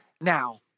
now